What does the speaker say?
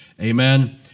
Amen